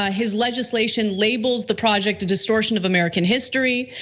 ah his legislation labels the project, a distortion of american history.